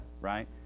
right